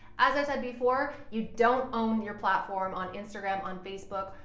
as i said before, you don't own your platform on instagram, on facebook,